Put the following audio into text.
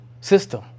system